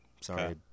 Sorry